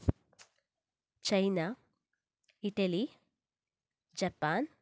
China Italy Japan